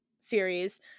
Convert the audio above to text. series